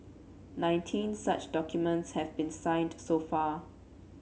nineteen such documents have been signed so far